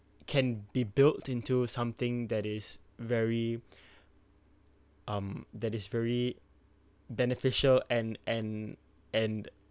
can be built into something that is very um that is very beneficial and and and